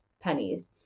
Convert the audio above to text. pennies